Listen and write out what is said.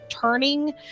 turning